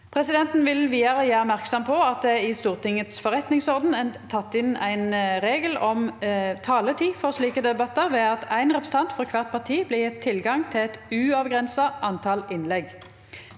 Presidenten vil vidare gjera merksam på at det i Stortingets forretningsorden er teke inn ein regel om taletid for slike debattar ved at ein representant frå kvart parti blir gjeve høve til eit uavgrensa antal innlegg.